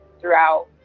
throughout